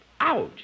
Ouch